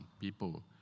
people